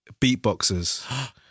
beatboxers